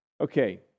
okay